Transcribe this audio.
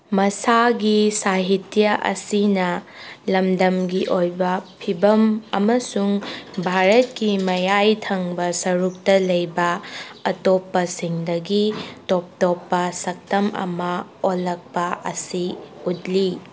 ꯃꯁꯥꯒꯤ ꯁꯥꯍꯤꯇ꯭ꯌ ꯑꯁꯤꯅ ꯂꯝꯗꯝꯒꯤ ꯑꯣꯏꯕ ꯐꯤꯕꯝ ꯑꯃꯁꯨꯡ ꯚꯥꯔꯠꯀꯤ ꯃꯌꯥꯏ ꯊꯪꯕ ꯁꯔꯨꯛꯇ ꯂꯩꯕ ꯑꯇꯣꯞꯄꯁꯤꯡꯗꯒꯤ ꯇꯣꯞ ꯇꯣꯞꯄ ꯁꯛꯇꯝ ꯑꯃ ꯑꯣꯜꯂꯛꯄ ꯑꯁꯤ ꯎꯠꯂꯤ